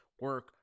Work